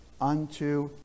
unto